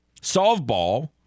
softball